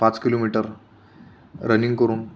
पाच kilometre running करून